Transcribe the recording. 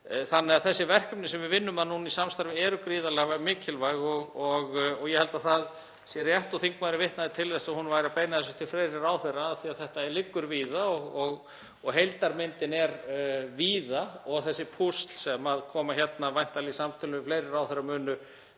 þannig að þessi verkefni sem við vinnum að núna í samstarfi eru gríðarlega mikilvæg og ég held að það sé rétt og þingmaðurinn vitnaði til þess að hún væri að beina þessu til fleiri ráðherra af því að þetta liggur víða og heildarmyndin er víða og þessi púsl sem koma væntanlega í samtölum við fleiri ráðherra munu